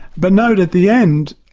but note at the end,